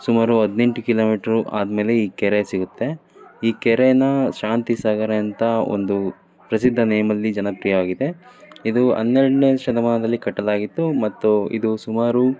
ಸುಮಾರು ಹದಿನೆಂಟು ಕಿಲೋಮೀಟ್ರು ಆದ ಮೇಲೆ ಈ ಕೆರೆ ಸಿಗುತ್ತೆ ಈ ಕೆರೆನ ಶಾಂತಿ ಸಾಗರ ಅಂತ ಒಂದು ಪ್ರಸಿದ್ಧ ನೇಮಲ್ಲಿ ಜನಪ್ರಿಯವಾಗಿದೆ ಇದು ಹನ್ನೆರಡನೇ ಶತಮಾನದಲ್ಲಿ ಕಟ್ಟಲಾಗಿತ್ತು ಮತ್ತು ಇದು ಸುಮಾರು